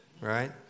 Right